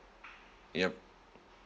yup